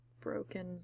broken